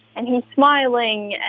and he's smiling,